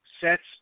sets